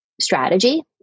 strategy